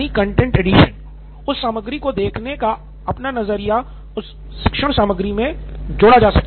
निथिन कुरियन उस सामग्री को देखने का अपना नज़रिया उस शिक्षण सामग्री मे जोड़ना